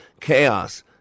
chaos